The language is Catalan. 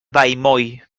vallmoll